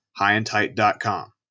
highandtight.com